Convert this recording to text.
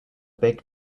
big